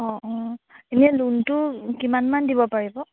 অঁ অঁ এনেই লোনটো কিমান মান দিব পাৰিব